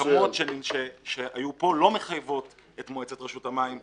וההסכמות שהיו פה לא מחייבות את מועצת רשות המים.